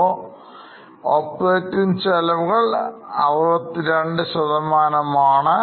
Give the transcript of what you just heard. അപ്പൊ operating ചെലവുകൾ 62 ആണ്